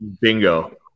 Bingo